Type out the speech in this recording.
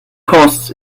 costs